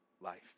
life